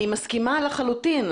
אני מסכימה לחלוטין,